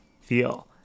feel